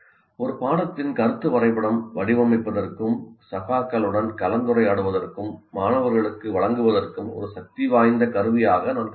ஒரு பாடத்தின் கருத்து வரைபடம் வடிவமைப்பதற்கும் சகாக்களுடன் கலந்துரையாடுவதற்கும் மாணவர்களுக்கு வழங்குவதற்கும் ஒரு சக்திவாய்ந்த கருவியாக நான் கருதுகிறேன்